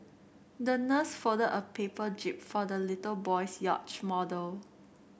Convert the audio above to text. the nurse folded a paper jib for the little boy's yacht model